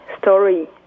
story